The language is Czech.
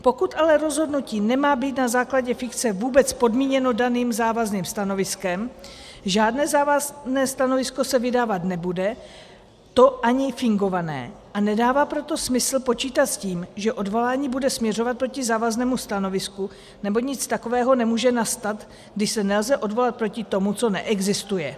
Pokud ale rozhodnutí nemá být na základě fikce vůbec podmíněno daným závazným stanoviskem, žádné závazné stanovisko se vydávat nebude, a to ani fingované, a nedává proto smysl počítat s tím, že odvolání bude směřovat proti závaznému stanovisku, neboť nic takového nemůže nastat, když se nelze odvolat proti tomu, co neexistuje.